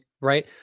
right